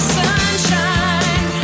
sunshine